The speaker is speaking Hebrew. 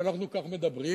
שאנחנו כך מדברים,